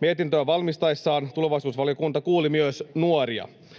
Mietintöä valmistaessaan tulevaisuusvaliokunta kuuli myös nuoria.